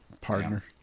partner